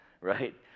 Right